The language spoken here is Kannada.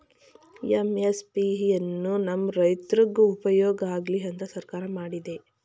ಎಂ.ಎಸ್.ಪಿ ಎನ್ನು ನಮ್ ರೈತ್ರುಗ್ ಉಪ್ಯೋಗ ಆಗ್ಲಿ ಅಂತ ಸರ್ಕಾರ ಮಾಡಿದೆ